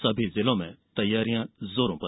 सभी जिलों में तैयारियां जोरों पर